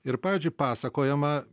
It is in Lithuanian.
ir pavyzdžiui pasakojama